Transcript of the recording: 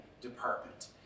department